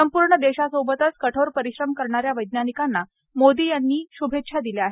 संपूर्ण देशासोबतच कठोर परिश्रम करणाऱ्या वैज्ञानिकांना मोदी यांनी श्भेच्छा दिल्या आहेत